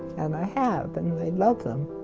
and i have and they love them.